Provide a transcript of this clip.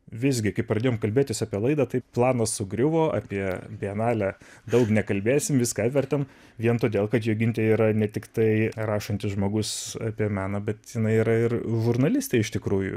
visgi kai pradėjom kalbėtis apie laidą tai planas sugriuvo apie bienalę daug nekalbėsim viską apvertėm vien todėl kad jogintė yra ne tiktai rašantis žmogus apie meną bet jinai ir žurnalistė iš tikrųjų